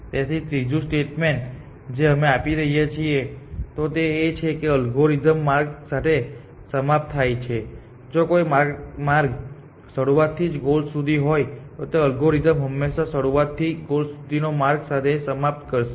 તેથી આ ત્રીજું સ્ટેટમેન્ટ જે અમે આપી રહ્યા છીએ તે એ છે કે અલ્ગોરિધમ માર્ગ સાથે સમાપ્ત થાય છે જો કોઈ માર્ગ શરૂઆતથી ગોલ સુધી હોય તો એલ્ગોરિધમ હંમેશાં શરૂઆત થી ગોલ સુધીનો માર્ગ સાથે સમાપ્ત કરશે